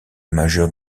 majeure